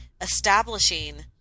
establishing